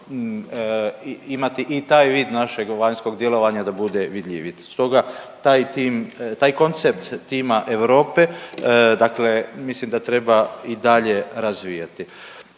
imati i taj vid našeg vanjskog djelovanja da bude vidljiviji. Stoga taj tim, taj koncept Tima Europe dakle mislim da treba i dalje razvijati.